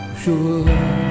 sure